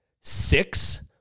Six